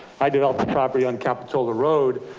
i developed the property on capitola road,